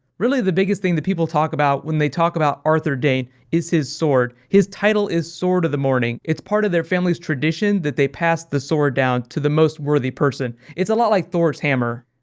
really the biggest thing that people talk about, when they talk about arthur dayne, is his sword. his title is sword of the morning. it's part of their family's tradition, that they pass their sword down to the most worthy person. it's a lot like thor's hammer.